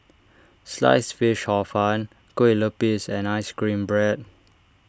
Sliced Fish Hor Fun Kueh Lupis and Ice Cream Bread